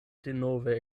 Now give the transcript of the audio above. denove